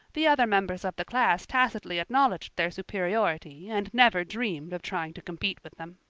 the other members of the class tacitly acknowledged their superiority, and never dreamed of trying to compete with them.